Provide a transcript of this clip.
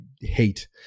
hate